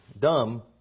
dumb